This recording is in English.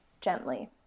gently